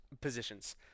positions